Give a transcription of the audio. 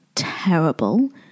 terrible